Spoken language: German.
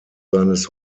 seines